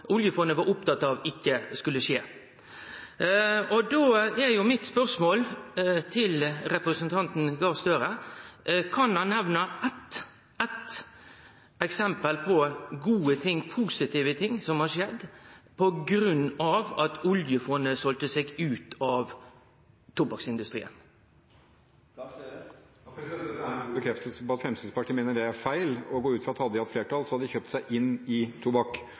oljefondet var opptatt av ikkje skulle skje. Då er mitt spørsmål til representanten Gahr Støre: Kan han nemne éitt eksempel på gode, positive ting som har skjedd på grunn av at oljefondet selde seg ut av tobakksindustrien? Dette er en god bekreftelse på at Fremskrittspartiet mener det er feil, og jeg går ut fra at hadde de hatt flertall, hadde de kjøpt seg inn i tobakk,